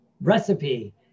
recipe